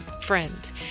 Friend